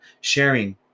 sharing